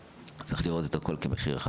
צריך לראות את הכול במחיר.